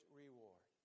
reward